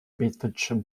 bedfordshire